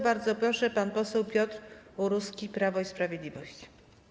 Bardzo proszę, pan poseł Piotr Uruski, Prawo i Sprawiedliwość.